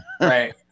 right